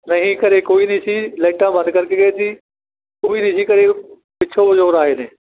ਨਹੀਂ ਘਰ ਕੋਈ ਨਹੀਂ ਸੀ ਲਾਈਟਾਂ ਬੰਦ ਕਰਕੇ ਗਏ ਸੀ ਕੋਈ ਨਹੀਂ ਸੀ ਘਰ ਪਿੱਛੋਂ ਚੋਰ ਆਏ ਨੇ